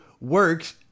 works